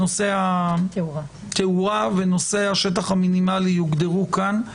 נושא התאורה ונושא השטח המינימלי יוגדרו כאן.